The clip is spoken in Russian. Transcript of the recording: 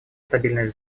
стабильность